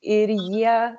ir jie